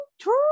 true